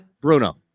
Bruno